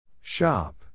Shop